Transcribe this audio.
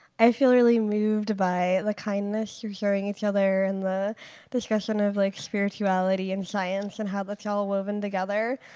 i feel really moved by the kindness you're showing each other, and the discussion of like spirituality in science and how that's all woven together.